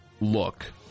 look